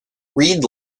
reed